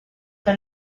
the